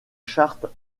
charts